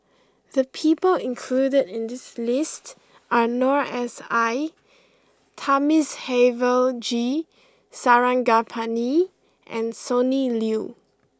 the people includ in this list are Noor S I Thamizhavel G Sarangapani and Sonny Liew